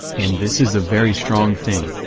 and this is a very strong thing,